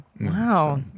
Wow